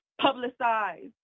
publicized